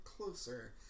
closer